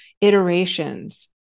iterations